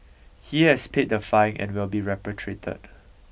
he has paid the fine and will be repatriated